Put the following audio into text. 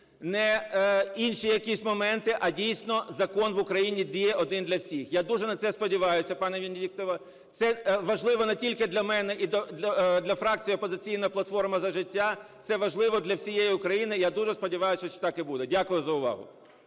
не інші якісь моменти, а дійсно закон в Україні діє один для всіх. Я дуже на це сподіваюся, пані Венедіктова. Це важливо не тільки для мене і для фракції "Опозиційна платформа – За життя" – це важливо для всієї України. Я дуже сподіваюся, що так і буде. Дякую за увагу.